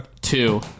Two